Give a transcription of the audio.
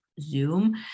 Zoom